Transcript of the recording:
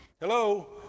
Hello